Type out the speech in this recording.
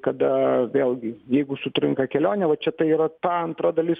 kada vėlgi jeigu sutrinka kelionė va čia tai yra ta antra dalis